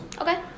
Okay